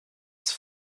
its